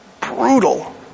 brutal